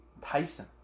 Tyson